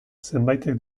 zenbaitek